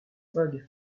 fogg